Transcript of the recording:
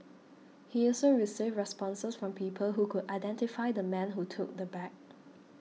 he also received responses from people who could identify the man who took the bag